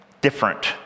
different